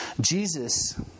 Jesus